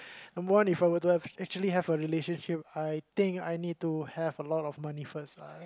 number one If I were to have actually have a relationship I think I need to have a lot of money first lah